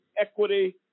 Equity